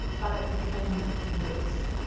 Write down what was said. but it became worse.